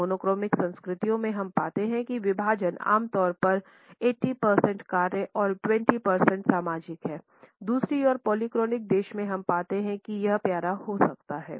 monochronic संस्कृतियों में हम पाते हैं कि विभाजन आम तौर पर 80 प्रतिशत कार्य और 20 प्रतिशत सामाजिक है दूसरी ओर पॉलीक्रोनिक देशों में हम पाते हैं कि यह प्यारा हो सकता है